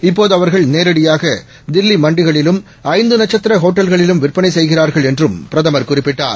இ ப்போதுஅவர்கள்நேரடியாகதில்லிமண்டிகளிலும் ஐந்துநட்சத்திரஓட்டல்களிலும்விற்பனைசெய்கிறார்கள்என்று ம்பிரதமர்குறிப்பிட்டார்